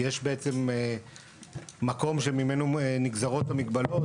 כי יש בעצם מקום שממנו נגזרות המגבלות,